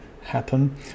happen